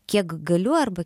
kiek galiu arba